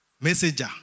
messenger